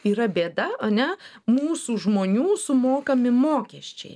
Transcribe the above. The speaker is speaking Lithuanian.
yra bėda ane mūsų žmonių sumokami mokesčiai